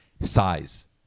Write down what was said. size